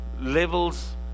levels